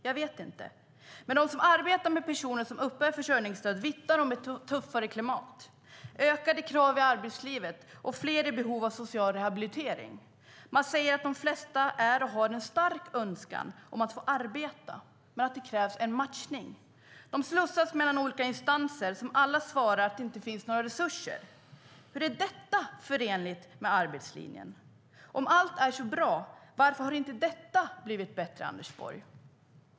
Jag vet inte. Men de som arbetar med personer som uppbär försörjningsstöd vittnar om ett tuffare klimat, ökade krav i arbetslivet och fler i behov av social rehabilitering. Man säger att de flesta har en stark önskan att få arbeta men att det krävs en matchning. De slussas mellan olika instanser som alla svarar att det inte finns några resurser. Hur är detta förenligt med arbetslinjen? Om allt är så bra, varför har inte detta blivit bättre, Anders Borg?